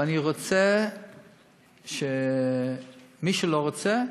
ואני רוצה שמי שלא רוצה,